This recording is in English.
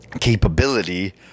capability